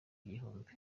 igihumbi